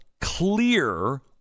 clear